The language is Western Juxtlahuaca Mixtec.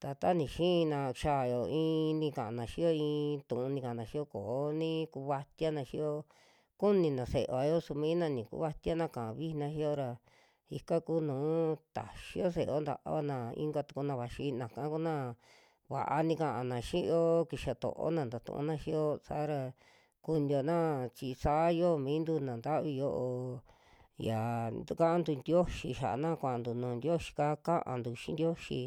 ta tani xiina, xia i'i, i'i nikaana xio i'i i'i tu'u nikana xiyo koo ni kuvatiana xio, kunina sevao su mina nikuvatiana ka'a vijina xiiyo ra ika kuu'nu taxio se'eo tavana, inka tukuna vaxi naka kuna va'a nikana xioo kixa to'ona xio saa'ra kuniona chi saa yo mintu na ntavi yo'o, yaa tukantu tioxi saana kuantu nuju tioyi'ka kaantu xii tioyi.